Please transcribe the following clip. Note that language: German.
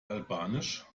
albanisch